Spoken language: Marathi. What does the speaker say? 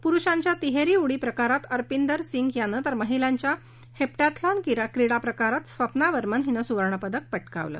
पुरुषांच्या तिहेरी उडी प्रकारात अरपिंदर सिंग यानं तर महिलांच्या हेप्टॅथ्लॉन क्रीडा प्रकारात स्वप्ना बर्मन हिनं सुवर्ण पदक पटकावलं